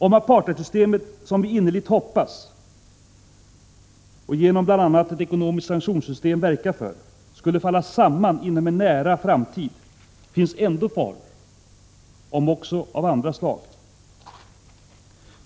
Om apartheidsystemet skulle — som vi innerligt hoppas och genom bl.a. ett ekonomiskt sanktionssystem verkar för — falla samman inom en nära framtid finns ändå faror, om också av andra slag.